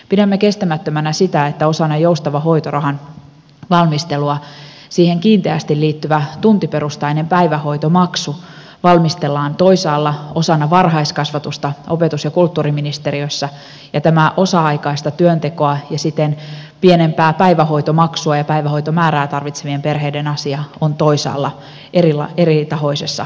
pidämme kestämättömänä sitä että osana joustavan hoitorahan valmistelua siihen kiinteästi liittyvä tuntiperustainen päivähoitomaksu valmistellaan toisaalla osana varhaiskasvatusta opetus ja kulttuuriministeriössä ja tämä osa aikaista työntekoa ja siten pienempää päivähoitomaksua ja päivähoitomäärää tarvitsevien perheiden asia on toisaalla eritahoisessa valmistelussa